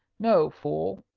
no, fool!